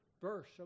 verse